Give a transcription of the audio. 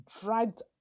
dragged